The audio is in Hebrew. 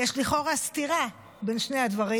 יש לכאורה סתירה בין שני הדברים,